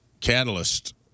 catalyst